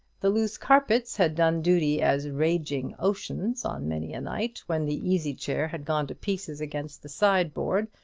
the loose carpets had done duty as raging oceans on many a night, when the easy-chair had gone to pieces against the sideboard,